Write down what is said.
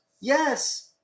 Yes